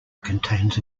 contains